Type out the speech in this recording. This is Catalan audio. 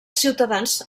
ciutadans